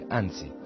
anzi